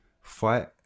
fight